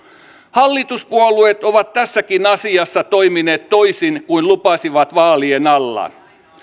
hallituspuolueet ovat tässäkin asiassa toimineet toisin kuin lupasivat vaalien alla